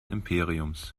imperiums